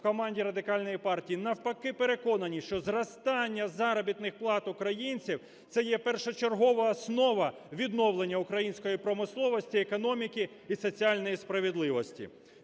в команді Радикальної партії навпаки переконані, що зростання заробітних плат українців – це є першочергова основа відновлення української промисловості, економіки і соціальної справедливості.